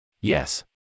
Yes